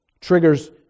triggers